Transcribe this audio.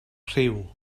rhyw